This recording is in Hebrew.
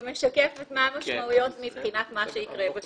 משקפת את המשמעויות מבחינת מה שיקרה בשטח.